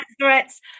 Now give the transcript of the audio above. threats